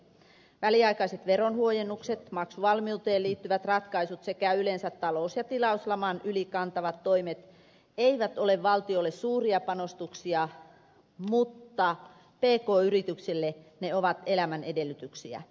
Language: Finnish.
väliaikaiset veronhuojennukset maksuvalmiuteen liittyvät ratkaisut sekä yleensä talous ja tilauslaman yli kantavat toimet eivät ole valtiolle suuria panostuksia mutta pk yrityksille ne ovat elämän edellytyksiä